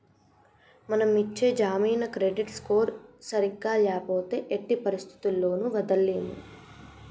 మనం ఇచ్చే జామీను క్రెడిట్ స్కోర్ సరిగ్గా ల్యాపోతే ఎట్టి పరిస్థతుల్లోను వదలలేము